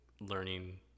learning